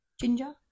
Ginger